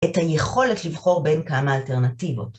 את היכולת לבחור בין כמה אלטרנטיבות.